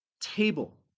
Table